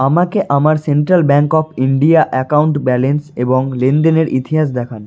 আমাকে আমার central bank of India account balance এবং লেনদেনের ইতিহাস দেখান